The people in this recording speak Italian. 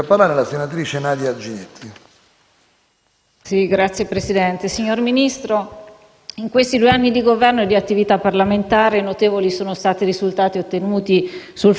GINETTI *(PD)*. Signor Ministro, in questi due anni di Governo e di attività parlamentare notevoli sono stati i risultati ottenuti sul fronte del sovraffollamento delle carceri,